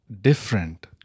different